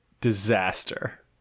disaster